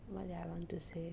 what did I want to say